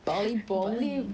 bali balling